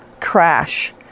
crash